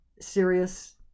serious